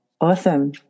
Awesome